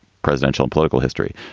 presidential political history,